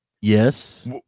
Yes